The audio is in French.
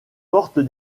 porte